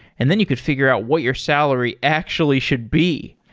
and then you could figure out what your salary actually should be.